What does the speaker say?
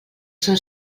són